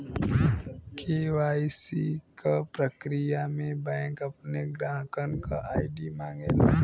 KYC क प्रक्रिया में बैंक अपने ग्राहकन क आई.डी मांगला